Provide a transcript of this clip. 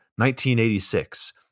1986